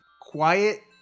quiet